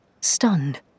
stunned